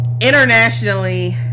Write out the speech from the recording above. internationally